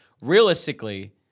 realistically